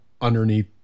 underneath